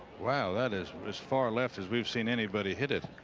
wow, that is was far left. as we've seen anybody hit, it